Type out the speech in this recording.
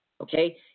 Okay